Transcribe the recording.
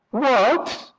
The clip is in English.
what,